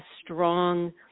strong